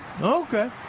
Okay